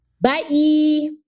Bye